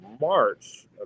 March